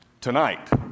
Tonight